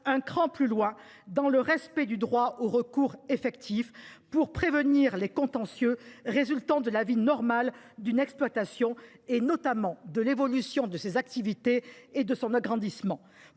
un cran plus loin, dans le respect du droit au recours effectif, pour prévenir les contentieux résultant de la vie normale d’une exploitation, notamment de l’évolution de ses activités ou de son agrandissement.